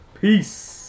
Peace